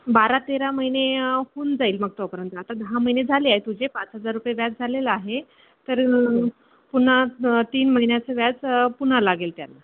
बारा तेरा महिने होऊन जाईल मग तोपर्यंतला आता दहा महिने झाले आहे तुझे पाच हजार रुपये व्याज झालेलं आहे तर पुन्हा तीन महिन्याचं व्याज पुन्हा लागेल त्यांना